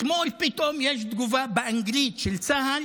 אתמול פתאום יש תגובה של צה"ל